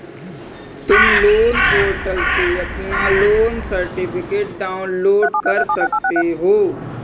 तुम loan portal से अपना लोन सर्टिफिकेट डाउनलोड कर सकते हो